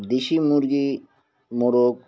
দেশি মুরগি মোরগ